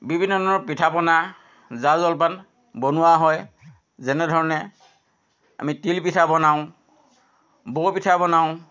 বিভিন্ন ধৰণৰ পিঠা পনা জা জলপান বনোৱা হয় যেনে ধৰণে আমি তিলপিঠা বনাওঁ বৰপিঠা বনাওঁ